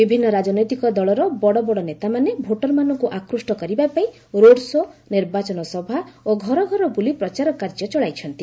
ବିଭିନ୍ନ ରାଜନୈତିକ ଦଳର ବଡବଡ ନେତାମାନେ ଭୋଟରମାନଙ୍କୁ ଆକୃଷ୍ଟ କରିବା ପାଇଁ ରୋଡ଼ ଶୋ' ନିର୍ବାଚନ ସଭା ଓ ଘରଘର ବୁଲି ପ୍ରଚାର କାର୍ଯ୍ୟ ଚଳାଇଛନ୍ତି